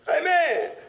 Amen